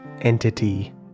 entity